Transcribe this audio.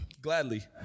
Gladly